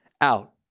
out